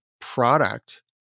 product